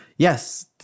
Yes